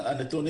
הנתונים.